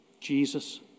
Jesus